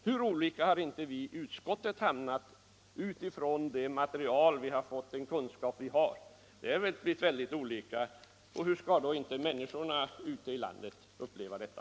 Hur olika har inte vi i utskottet hamnat utifrån det material vi har kunskap om? Hur skall då inte människorna ute i landet uppleva detta?